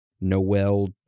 Noel